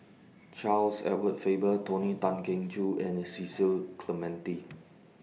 Charles Edward Faber Tony Tan Keng Joo and Cecil Clementi